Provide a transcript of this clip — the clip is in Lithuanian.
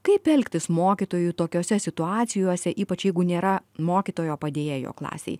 kaip elgtis mokytojui tokiose situacijose ypač jeigu nėra mokytojo padėjėjo klasėj